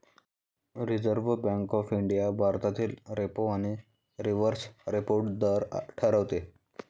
reserve bank of India भारतातील repo आणि reverse repo दर ठरवते